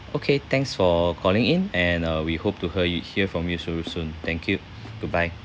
okay thanks for calling in and uh we hope to hea~ hear from you soo~ soon thank you goodbye